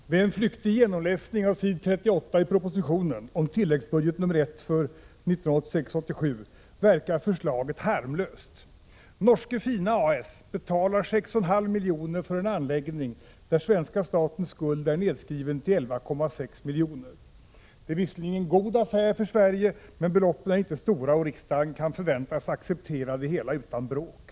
Herr talman! Vid en flyktig genomläsning av s. 38 i propositionen om tilläggsbudget nr 1 för 1986 S betalar 6,5 milj.kr. för en anläggning där svenska statens skuld är nedskriven — Prot. 1986/87:50 till 11,6 milj.kr. Det är visserligen ingen god affär för Sverige, men beloppen 16 december 1986 är inte stora och riksdagen kan förväntas acceptera det hela utan bråk.